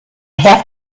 have